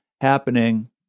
happening